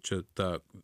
čia ta